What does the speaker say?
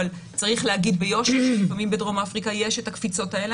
אבל צריך להגיד ביושר שלפעמים בדרום אפריקה יש הקפיצות האלה.